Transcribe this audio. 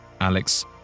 Alex